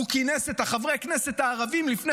הוא כינס את חברי הכנסת הערבים לפני